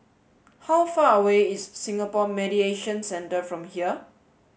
how far away is Singapore Mediation Centre from here